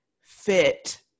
fit